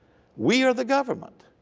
we are the government.